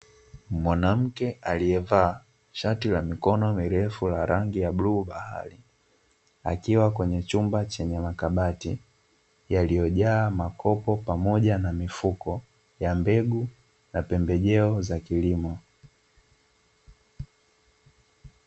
Mwanamke aliyevaa shati la mikono mirefu la rangi ya bluu bahari, akiwa kwenye chumba chenye makabati yaliyojaa makopo, pamoja na mifuko ya mbegu, na pembejeo za kilimo.